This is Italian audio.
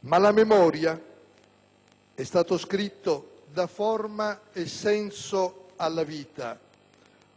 Ma la memoria - è stato scritto - dà forma e senso alla vita,